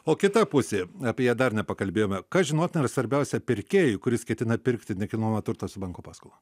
o kita pusė apie ją dar nepakalbėjome kas žinotina ir svarbiausia pirkėjui kuris ketina pirkti nekilnojamą turtą su banko paskola